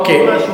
אני אוסיף לו עוד